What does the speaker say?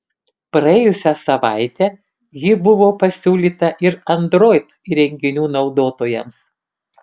praėjusią savaitę ji buvo pasiūlyta ir android įrenginių naudotojams